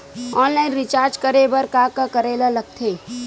Online recharge करे बर का का करे ल लगथे?